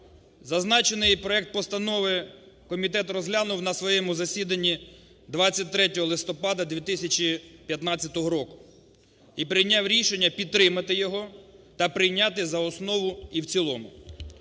Зазначений проект постанови комітет розглянув на своєму засіданні 23 листопада 2015 року і прийняв рішення підтримати його та прийняти за основу і в цілому.